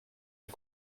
est